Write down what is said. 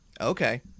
Okay